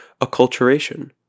acculturation